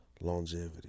longevity